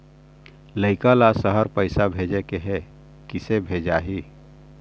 लइका ला शहर पैसा भेजें के हे, किसे भेजाही